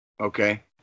Okay